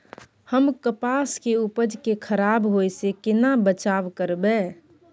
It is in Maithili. हम कपास के उपज के खराब होय से केना बचाव करबै?